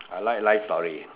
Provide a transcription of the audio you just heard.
I like life story